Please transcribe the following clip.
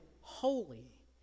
holy